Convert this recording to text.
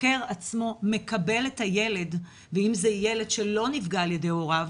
החוקר עצמו מקבל את הילד ואם זה ילד שלא נפגע על ידי הוריו,